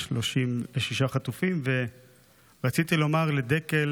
עוד 136 חטופים, ורציתי לומר לדקל